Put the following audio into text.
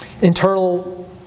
internal